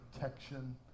protection